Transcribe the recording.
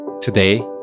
Today